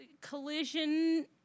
collision